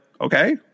okay